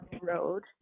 road